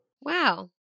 Wow